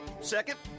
Second